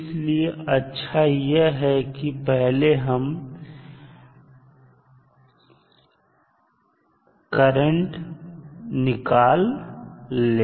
इसलिए अच्छा यह है कि पहले हम इंटरकरेंट निकाल ले